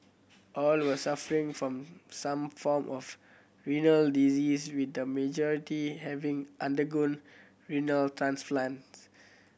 all were suffering from some form of renal disease with the majority having undergone renal transplants